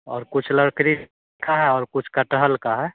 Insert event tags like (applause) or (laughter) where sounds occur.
और कुछ लकड़ी (unintelligible) और कुछ कटहल का है